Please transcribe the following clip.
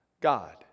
God